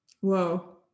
whoa